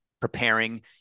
preparing